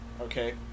okay